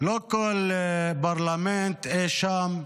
לא כל פרלמנט אי שם,